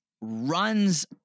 runs